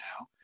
now